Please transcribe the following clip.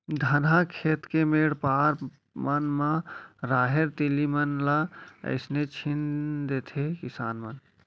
धनहा खेत के मेढ़ पार मन म राहेर, तिली मन ल अइसने छीन देथे किसान मन